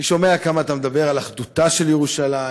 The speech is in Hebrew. אני שומע כמה אתה מדבר על אחדותה של ירושלים,